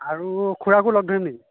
আৰু খুড়াকো লগ ধৰিম নি